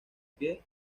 pie